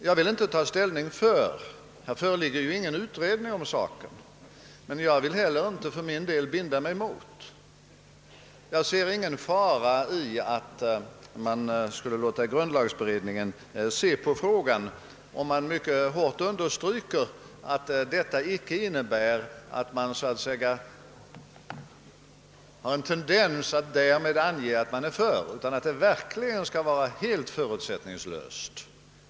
Jag vill inte ta ställning för, ty det föreligger ju ingen utredning om saken, men jag vill inte heller binda mig mot. Jag ser ingen fara i att nu låta grundlagberedningen behandla frågan, om man mycket hårt understryker att detta icke innebär någon antydan att man är för reformen, utan att utredningen verkligen blir helt förutsättningslös.